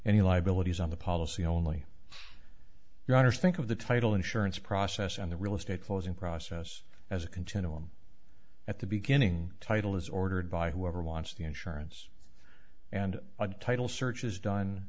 you liabilities on the policy only your honour's think of the title insurance process and the real estate closing process as a continuum at the beginning title is ordered by whoever wants the insurance and title searches done